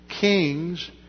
kings